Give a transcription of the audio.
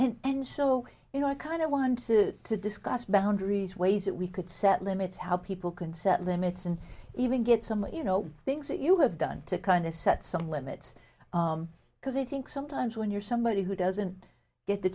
yeah and so you know i kind of wanted to discuss boundaries ways that we could set limits how people can set limits and even get some you know things that you have done to kind of set some limits because i think sometimes when you're somebody who doesn't get the